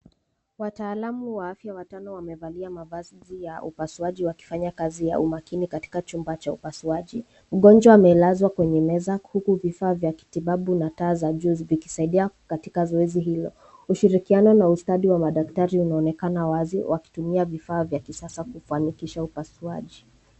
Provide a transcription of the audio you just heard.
Wataalumu watano wa afya wamevalia mavazi ya upasuaji wakifanya kazi ya umakini katika chumba cha upasuaji. Mgonjwa amelazwa kwenye meza, huku vifaa vya kitibabu na taa za juu zi, vikisaidia katika zoezi hilo. Ushirikiano na ustadi wa madaktari unaoneakana wazi, wakitumia vifaa vya kisasa kufanikisha upasuaji.